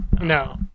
No